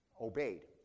obeyed